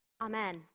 Amen